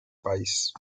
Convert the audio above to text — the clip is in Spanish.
país